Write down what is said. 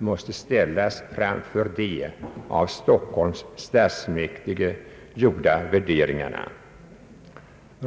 skall ställas framför de av Stockholms stadsfullmäktige gjorda värderingarna.